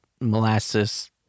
molasses